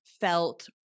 felt